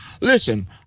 Listen